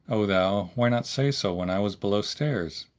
o thou! why not say so when i was below stairs?